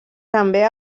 també